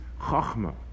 Chachma